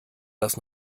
das